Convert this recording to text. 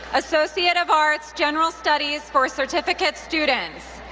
associate of arts, general studies for certificate students.